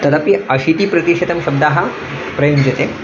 तदपि अशीतिप्रतिशतं शब्दाः प्रयुञ्जते